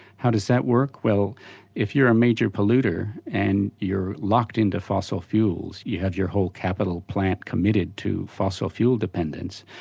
how does that work? well if you're a major polluter and you're locked into fossil fuels, you have your whole capital plant committed to fossil fuel dependence,